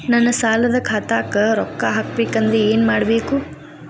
ನನ್ನ ಸಾಲದ ಖಾತಾಕ್ ರೊಕ್ಕ ಹಾಕ್ಬೇಕಂದ್ರೆ ಏನ್ ಮಾಡಬೇಕು?